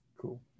cool